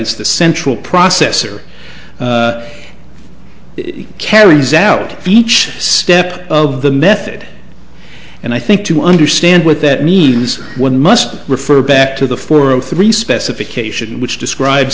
it's the central processor it carries out each step of the method and i think to understand what that means one must refer back to the four zero three specification which describes